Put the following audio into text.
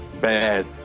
bad